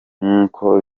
nk’uko